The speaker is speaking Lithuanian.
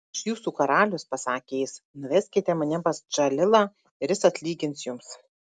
aš jūsų karalius pasakė jis nuveskite mane pas džalilą ir jis atlygins jums